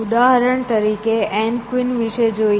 ઉદાહરણ તરીકે N queen વિશે જોઈએ